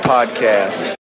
Podcast